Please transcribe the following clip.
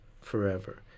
forever